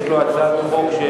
שיש לו הצעת חוק שהוצמדה,